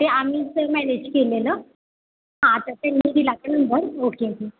ते आम्हीच मॅनेज केलेलं हां तर त्यांनी दिला का नंबर ओके ओके